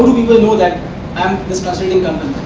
people know that i'm this translating company?